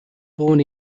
born